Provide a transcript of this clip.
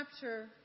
capture